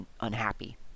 unhappy